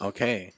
Okay